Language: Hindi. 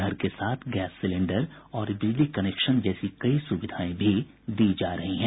घर के साथ गैस सिलेंडर और बिजली कनेक्शन जैसी कई सुविधाएं भी दी जा रही हैं